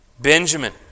Benjamin